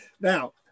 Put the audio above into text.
Now